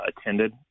attended